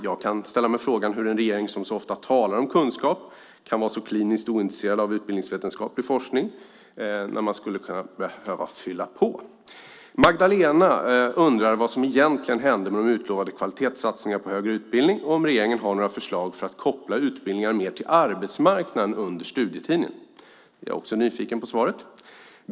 Jag kan ställa mig frågan hur en regering som så ofta talar om kunskap kan vara så kliniskt ointresserad av utbildningsvetenskaplig forskning, när man skulle behöva fylla på. Magdalena undrar vad som egentligen hände med de utlovade kvalitetssatsningarna på högre utbildning och om regeringen har några förslag för att koppla utbildningar mer till arbetsmarknaden under studietiden. Jag är också nyfiken på svaret.